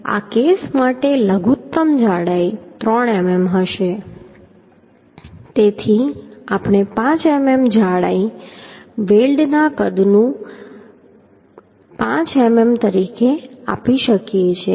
તેથી આ કેસ માટે લઘુત્તમ જાડાઈ 3 મીમી હશે તેથી આપણે 5 મીમી જાડાઈ વેલ્ડના કદનું કદ 5 મીમી તરીકે આપી શકીએ છીએ